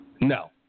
No